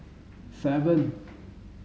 seven